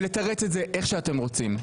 ולתרץ את זה איך שאתם רוצים.